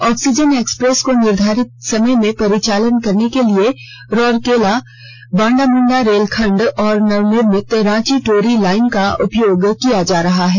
oxygen express को निर्धारित समय में परिचालन करने के लिए राउरकेला बंडामंडा रेलखंड और नवनिर्मित रांची टोरी लाइन का उपयोग किया जा रहा हैं